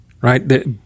right